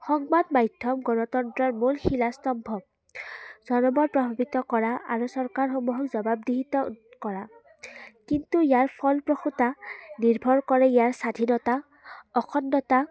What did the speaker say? সংবাদ মাধ্যম গণতন্ত্ৰৰ মূল শিলাস্তম্ভ প্ৰভাৱিত কৰা আৰু চৰকাৰসমূহক জবাবদিহিত কৰা কিন্তু ইয়াৰ ফলপ্ৰসূতা নিৰ্ভৰ কৰে ইয়াৰ স্বাধীনতা অখণ্ডতা